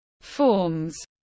forms